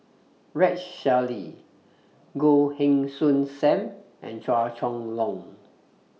Rex Shelley Goh Heng Soon SAM and Chua Chong Long